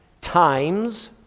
Times